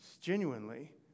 genuinely